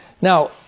Now